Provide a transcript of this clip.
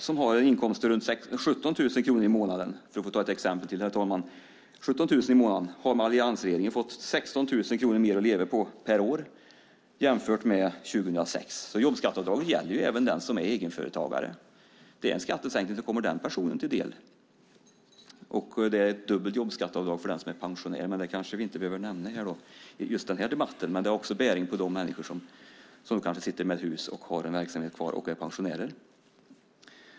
För att ta ytterligare ett exempel: En egenföretagare med en inkomst på runt 17 000 kronor i månaden har med alliansregeringen fått 16 000 kronor mer per år att leva på jämfört med hur det var 2006. Jobbskatteavdragen gäller även för den som är egenföretagare och betyder att en skattesänkning kommer den personen till del. För den som är pensionär är det dubbelt jobbskatteavdrag, men det behöver vi kanske inte nämna i just den här debatten. Detta har också bäring på dem som kanske har ett hus och som har kvar sin verksamhet men som är pensionärer.